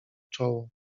czoło